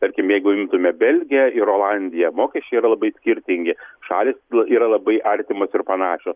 tarkim jeigu imtume belgiją ir olandiją mokesčiai yra labai skirtingi šalys yra labai artimos ir panašios